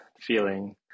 feeling